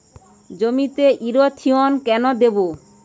জমিতে ইরথিয়ন কেন দেবো?